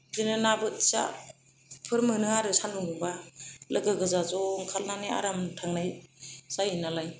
बिदिनो ना बोथियाफोर मोनो आरो सानदुं दुंबा लोगो गोजा ज' ओंखारनानै आराम थांनाय जायो नालाय